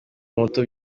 muto